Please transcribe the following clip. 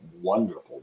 wonderful